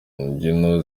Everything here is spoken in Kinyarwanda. mbyino